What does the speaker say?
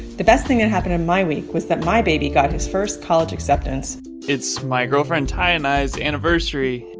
the best thing that happened in my week was that my baby got his first college acceptance it's my girlfriend ty and i's anniversary.